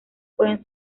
pueden